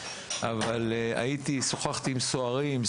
אבל שוחחתי עם סוהרים,